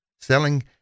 selling